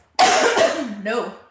No